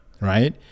right